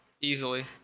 Easily